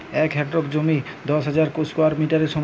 এক হেক্টর জমি দশ হাজার স্কোয়ার মিটারের সমান